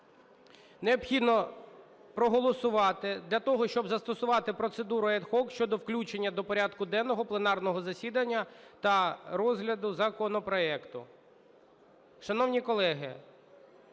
Необхідно проголосувати для того, щоб застосувати процедуру ad hoc щодо включення до порядку денного пленарного засідання та розгляду законопроекту. Шановні колеги,